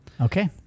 Okay